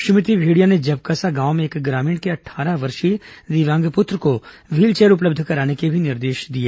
श्रीमती भेंड़िया ने जबकसा गांव में एक ग्रामीण के अट्ठारह वर्षीय दिव्यांग पुत्र को व्हील चेयर उपलब्ध कराने के भी निर्देश दिए